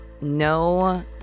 No